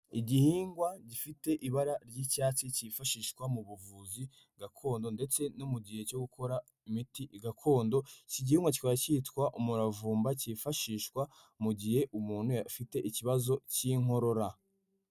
Igihingwa gifite ibara ry'icyatsi cyifashishwa mu buvuzi gakondo ndetse no mu gihe cyo gukora imiti gakondo, iki gihingwa cyikaba cyitwa umuravumba, cyifashishwa mu gihe umuntu afite ikibazo cy'inkorora.